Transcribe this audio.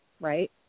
Right